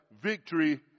victory